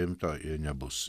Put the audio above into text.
rimto ir nebus